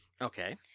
Okay